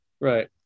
Right